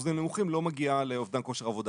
באחוזים נמוכים לא מגיעה לאובדן כושר עבודה